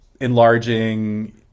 enlarging